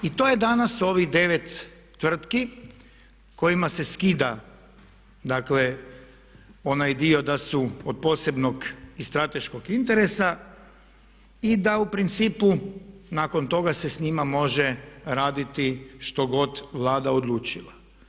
I to je danas ovih 9 tvrtki kojima se skida dakle onaj dio da su od posebnog i strateškog interesa i da u principu nakon toga se s njima može raditi što god Vlada odlučila.